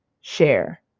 share